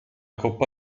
coppa